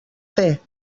fer